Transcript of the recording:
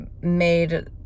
made